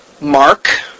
Mark